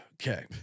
Okay